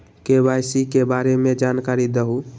KYC के बारे में जानकारी दहु?